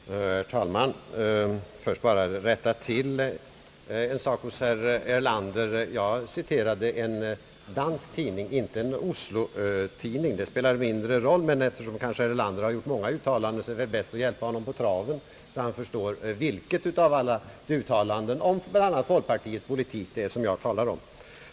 Herr talman! Först vill jag bara rätta till en sak i herr Erlanders anförande. Jag citerade en dansk tidning, inte en Oslotidning, som herr Erlander nämnde. Det spelar mindre roll, men eftersom herr Erlander kanske har gjort många uttalanden är det bäst att hjälpa honom på traven, så att han förstår vilket av alla uttalanden om bl.a. folkpartiets politik det är som jag talar om.